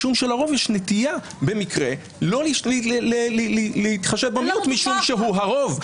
משום שלרוב יש נטייה במקרה לא להתחשב במיעוט משום שהוא הרוב.